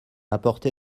apporté